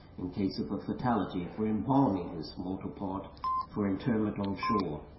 in case of a fatality, for embalming his mortal part for interment on shore.